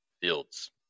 fields